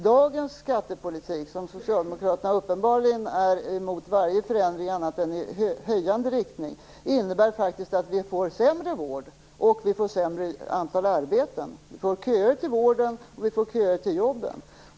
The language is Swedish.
Dagens skattepolitik, som socialdemokraterna uppenbarligen är emot varje förändring av annat än i höjande riktning, innebär faktiskt att vi får sämre vård, och vi får ett mindre antal arbeten. Vi får köer till vården och vi får köer till jobben.